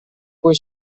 poi